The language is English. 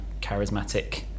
charismatic